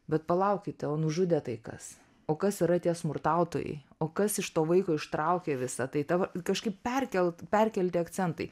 bet palaukite o nužudė tai kas o kas yra tie smurtautojai o kas iš to vaiko ištraukė visą tai ta va kažkaip perkelt perkelti akcentai